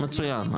מצוין,